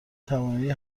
توانایی